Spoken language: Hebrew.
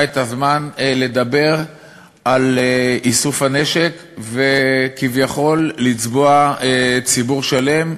את הזמן לדבר על איסוף הנשק וכביכול לצבוע ציבור שלם,